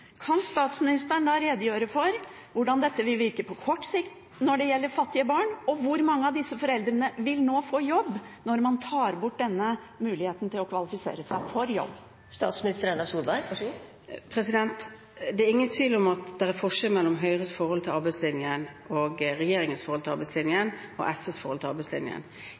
Kan statsministeren redegjøre for hvordan dette på kort sikt vil virke med hensyn til fattige barn? Hvor mange av disse foreldrene vil få jobb når man nå tar bort denne muligheten til å kvalifisere seg for jobb? Det er ingen tvil om at det er forskjell mellom Høyres, regjeringens og SVs forhold til arbeidslinjen. I nesten alle reformer – unntatt da SV satt i den rød-grønne regjeringen – der man har gjort endringer i ordninger med hensyn til arbeidslinjen,